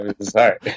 Sorry